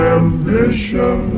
ambition